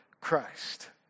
Christ